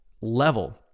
level